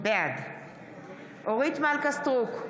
בעד אורית מלכה סטרוק,